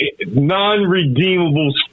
non-redeemable